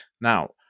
Now